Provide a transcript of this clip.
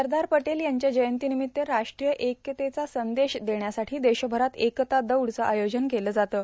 सरदार पटेल यांच्या जयंतीर्नामत्त राष्ट्रीय एकतेचा संदेश देण्यासाठीं देशभरात एकता दौडचं आयोजन केलं जातं